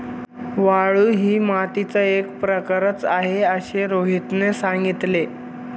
वाळू ही मातीचा एक प्रकारच आहे असे रोहितने सांगितले